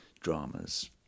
dramas